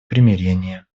примирение